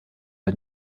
der